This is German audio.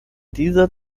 dieser